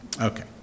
Okay